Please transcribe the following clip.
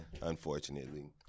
unfortunately